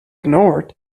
ignored